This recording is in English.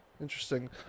interesting